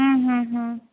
হুম হুম হুম